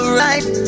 right